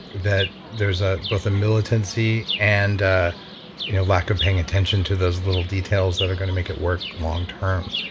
that there's ah both a militancy and a you know lack of paying attention to those little details that are going to make it work long term.